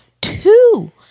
two